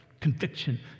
conviction